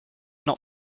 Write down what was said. not